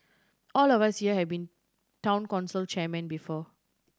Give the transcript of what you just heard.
all of us here have been Town Council chairmen before